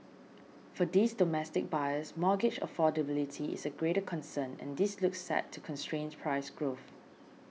for these domestic buyers mortgage affordability is a greater concern and this looks set to constrain price growth